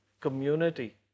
community